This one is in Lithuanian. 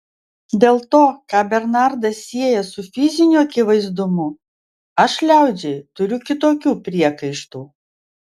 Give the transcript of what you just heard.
dėl to ką bernardas sieja su fiziniu akivaizdumu aš liaudžiai turiu kitokių priekaištų